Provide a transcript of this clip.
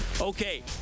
okay